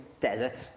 desert